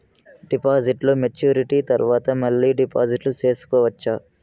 డిపాజిట్లు మెచ్యూరిటీ తర్వాత మళ్ళీ డిపాజిట్లు సేసుకోవచ్చా?